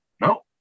no